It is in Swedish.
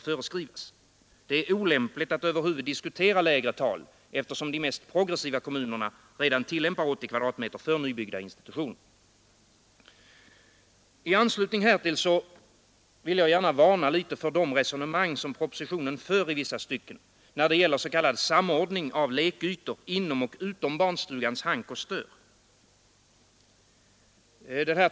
föreskrivas. Det är olämpligt att över huvud taget diskutera lägre tal, eftersom de mest progressiva kommunerna redan tillämpar 80 m? för nybyggda institutioner. I anslutning härtill vill jag gärna varna för de resonemang som i propositionen förs i vissa stycken, när det gäller s.k. samordning av lekytor inom och utom barnstugans hank och stör.